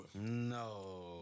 No